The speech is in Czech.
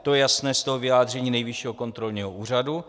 To je jasné z toho vyjádření Nejvyššího kontrolního úřadu.